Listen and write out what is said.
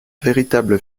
véritable